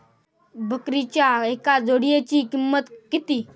बकरीच्या एका जोडयेची किंमत किती?